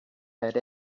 had